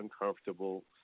uncomfortable